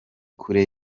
kure